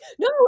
no